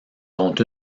dont